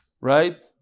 right